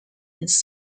his